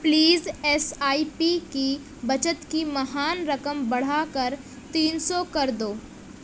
please S I P کی بچت کی مہان رقم بڑھا کرتین سو کر دو